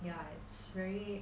ya it's very